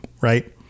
right